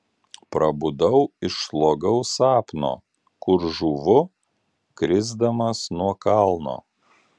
prabudau iš slogaus sapno kur žūvu krisdamas nuo kalno